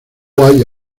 hay